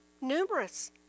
numerous